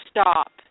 stop